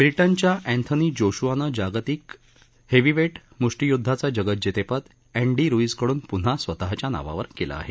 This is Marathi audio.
ब्रिटनच्या अध्यनी जोशूआन जागतिक हेवीवेट म्ष्टीय्द्धाचं जगज्जेतेपद अध्वी रुईझकडून पुन्हा स्वतःच्या नावावर केलं आहे